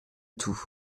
tout